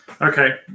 okay